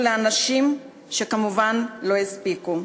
שכמובן לא הספיקו,